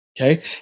Okay